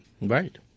Right